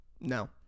No